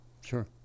Sure